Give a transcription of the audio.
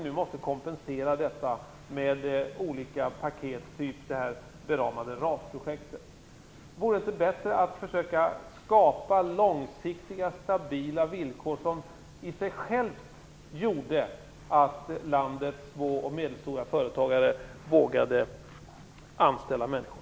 Nu måste ni kompensera detta med olika paket, t.ex. det beramade RAS-projektet. Vore det inte bättre att försöka skapa långsiktiga stabila villkor, som i sig självt gjorde att företagarna i landets små och medelstora företag vågade anställa människor?